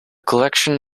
collection